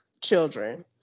children